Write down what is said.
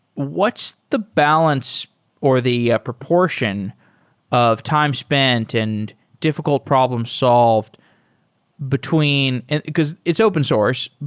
what's the balance or the portion of time spent and difficult problem solved between because it's open source.